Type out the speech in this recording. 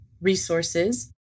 resources